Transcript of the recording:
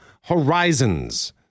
Horizons